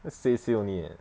just say say only eh